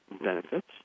benefits